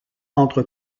entre